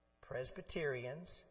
Presbyterians